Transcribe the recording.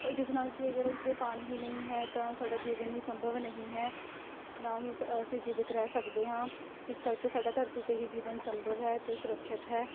ਜਿਸ ਨਾਲ ਕਿ ਅਗਰ ਉੱਥੇ ਪਾਣੀ ਹੀ ਨਹੀਂ ਹੈ ਤਾਂ ਸਾਡਾ ਜੀਵਨ ਹੀ ਸੰਭਵ ਨਹੀਂ ਹੈ ਨਾ ਹੀ ਅਸ ਅਸੀਂ ਜੀਵਿਤ ਰਹਿ ਸਕਦੇ ਹਾਂ ਇਸ ਕਰਕੇ ਸਾਡਾ ਧਰਤੀ 'ਤੇ ਹੀ ਜੀਵਨ ਸੰਭਵ ਹੈ ਅਤੇ ਸੁਰੱਖਿਅਤ ਹੈ